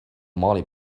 molly